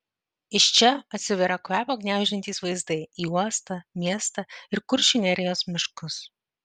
iš čia atsiveria kvapą gniaužiantys vaizdai į uostą miestą ir kuršių nerijos miškus